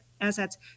assets